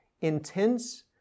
Intense